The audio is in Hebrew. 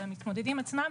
אבל למתמודדים עצמם,